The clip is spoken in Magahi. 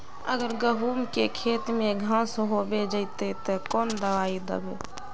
अगर गहुम के खेत में घांस होबे जयते ते कौन दबाई दबे?